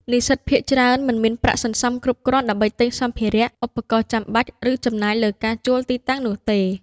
និស្សិតភាគច្រើនមិនមានប្រាក់សន្សំគ្រប់គ្រាន់ដើម្បីទិញសម្ភារៈ ឧបករណ៍ចាំបាច់ ឬចំណាយលើការជួលទីតាំងនោះទេ។